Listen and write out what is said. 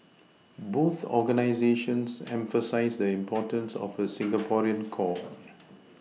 both organisations emphasise the importance of a Singaporean core